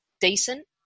decent